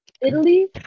Italy